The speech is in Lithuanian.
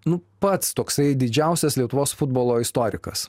nu pats toksai didžiausias lietuvos futbolo istorikas